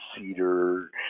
cedar